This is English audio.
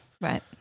Right